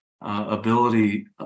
ability